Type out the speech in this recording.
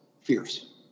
fierce